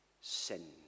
Sin